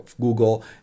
Google